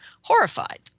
horrified